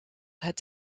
het